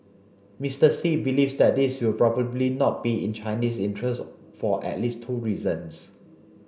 Mister Xi believes that this will probably not be in Chinese interests for at least two reasons